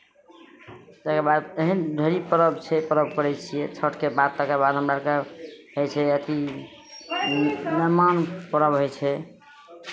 ताहिके बाद एहन घड़ी पर्व छठि पर्व करै छियै छठिके बाद तकर बाद हमरा आरकेँ होइ छै अथी नेमान पर्व होइ छै